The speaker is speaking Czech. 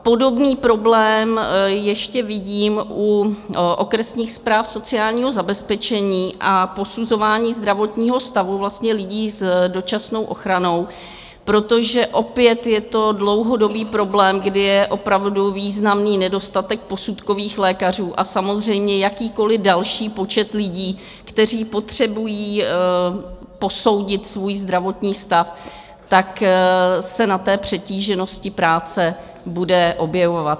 Podobný problém ještě vidím u okresních správ sociálního zabezpečení a posuzování zdravotního stavu lidí s dočasnou ochranou, protože opět je to dlouhodobý problém, kdy je opravdu významný nedostatek posudkových lékařů, a samozřejmě jakýkoliv další počet lidí, kteří potřebují posoudit svůj zdravotní stav, se na té přetíženosti práce bude objevovat.